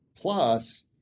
plus